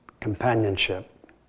companionship